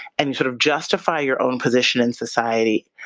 and you sort of justify your own position in society.